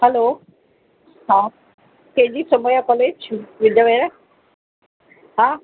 hello हां K G Somaiya college Vidyavihar हा